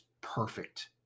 perfect